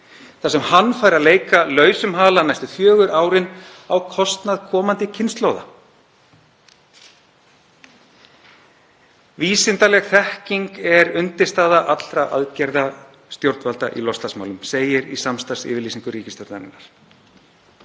þar sem hann fær að leika lausum hala næstu fjögur árin á kostnað komandi kynslóða. Vísindaleg þekking er undirstaða allra aðgerða stjórnvalda í loftslagsmálum, segir í samstarfsyfirlýsingu ríkisstjórnarinnar.